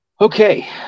Okay